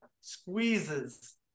squeezes